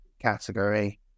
category